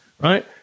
right